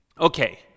okay